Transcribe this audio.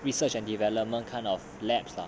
research and development kind of lab lah